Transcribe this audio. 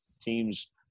teams